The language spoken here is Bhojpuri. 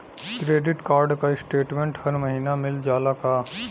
क्रेडिट कार्ड क स्टेटमेन्ट हर महिना मिल जाला का?